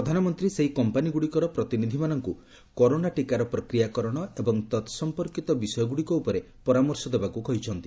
ପ୍ରଧାନମନ୍ତ୍ରୀ ସେହି କମ୍ପାନୀଗୁଡ଼ିକର ପ୍ରତିନିଧିମାନଙ୍କୁ କରୋନା ଟିକାର ପ୍ରକ୍ୟାକରଣ ଏବଂ ତତ୍ସମ୍ପର୍କୀତ ବିଷୟଗ୍ରଡ଼ିକ ଉପରେ ପରାମର୍ଶ ଦେବାକୁ କହିଛନ୍ତି